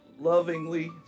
lovingly